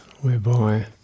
whereby